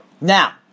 Now